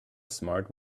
smart